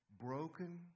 broken